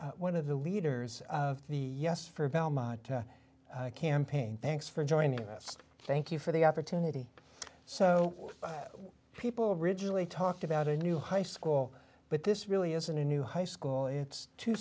one of the leaders of the yes for belmont campaign thanks for joining us thank you for the opportunity so people ridgeley talked about a new high school but this really isn't a new high school it's two